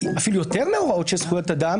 אפילו יותר מהוראות של זכויות אדם